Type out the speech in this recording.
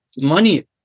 money